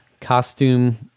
costume